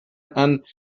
and